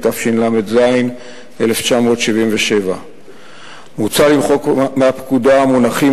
התשל"ז 1977. מוצע למחוק מהפקודה מונחים